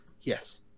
Yes